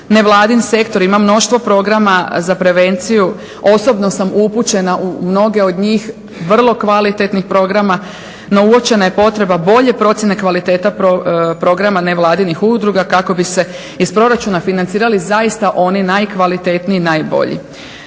Nevladin sektor ima mnoštvo programa za prevenciju, osobno sam upućena u mnoge od njih vrlo kvalitetnih programa no uočena je potreba bolje procjene kvalitete programa nevladinih udruga kako bi se iz proračuna financirali zaista oni najkvalitetniji i najbolji.